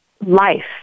life